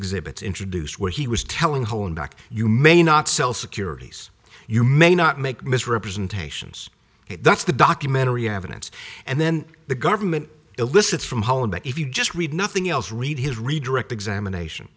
exhibits introduced where he was telling his own back you may not sell securities you may not make misrepresentations that's the documentary evidence and then the government elicits from holland but if you just read nothing else read his redirect examination